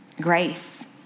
grace